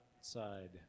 side